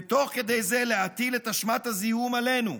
ותוך כדי זה להטיל את אשמת הזיהום עלינו,